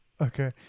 Okay